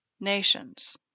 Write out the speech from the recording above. nations